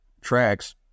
tracks